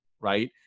Right